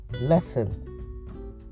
lesson